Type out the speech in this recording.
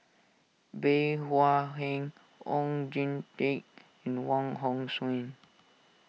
Bey Hua Heng Oon Jin Teik and Wong Hong Suen